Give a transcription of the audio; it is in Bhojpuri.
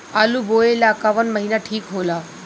आलू बोए ला कवन महीना ठीक हो ला?